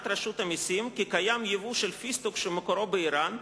רשות המסים כי קיים יבוא של פיסטוק שמקורו באירן,